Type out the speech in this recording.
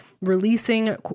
releasing